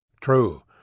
True